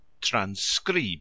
Transcribe